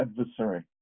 adversary